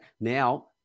Now